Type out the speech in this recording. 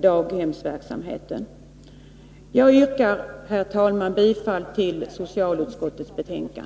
daghemsverksamheten. Jag yrkar, herr talman, än en gång bifall till socialutskottets hemställan.